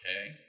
Okay